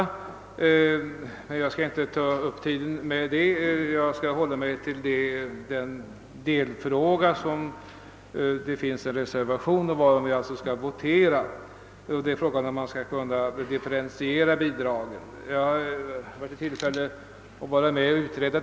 Jag skall emellertid inte ta upp tiden med detta, utan jag skall hålla mig till den delfråga där det finns en reservation och varom vi alltså skall votera, nämligen frågan om bidragen till övervakarna skall differentieras.